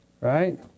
Right